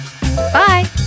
Bye